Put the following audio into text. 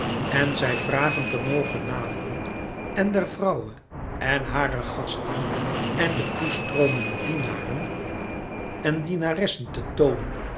en zij vragen te mogen naderen en der vrouwe en hare gasten en de toe stroomende dienaren en dienaressen te toonen